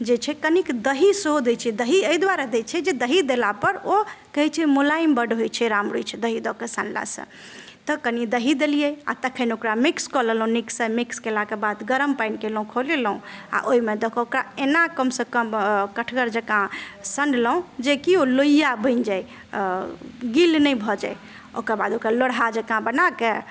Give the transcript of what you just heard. जे छै कनिक दही सेहो दै छियै दही अइ दुआरे दै छै जे दही देलापर ओ कहय छै मुलायम बड्ड होइ छै राम रूचि दही दऽ कऽ सानलासँ तऽ कनियें दही देलिये आओर तखन ओकरा मिक्स कऽ लेलहुँ नीकसँ मिक्स कयलाके बाद गरम पानि कयलहुँ खौलेलहुँ आओर ओइमे दऽ कऽ ओकरा एना कम सँ कम कठगर जकाँ सनलहुँ जे कि ओ लोइया बनि जाइ गील नहि भऽ जाइ ओकरबाद ओकरा लोढ़हा जकाँ बनाके